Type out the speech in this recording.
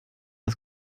das